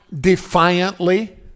Defiantly